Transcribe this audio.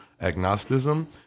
agnosticism